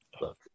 Look